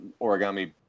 origami